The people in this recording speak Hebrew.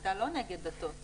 אתה לא נגד דתות.